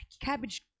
Cabbage